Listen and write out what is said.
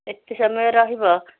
ଏତେ ସମୟ ରହିବ